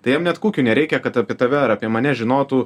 tai jiem net kukių nereikia kad apie tave ar apie mane žinotų